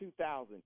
2000